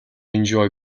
enjoy